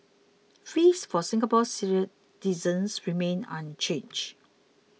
fees for Singapore citizens remain unchanged